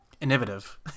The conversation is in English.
Innovative